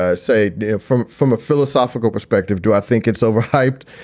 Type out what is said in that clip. ah say it from from a philosophical perspective, do i think it's overhyped?